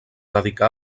dedicà